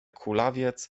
kulawiec